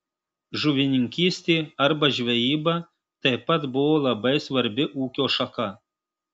žuvininkystė arba žvejyba taip pat buvo labai svarbi ūkio šaka